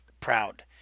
proud